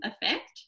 effect